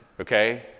okay